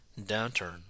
downturn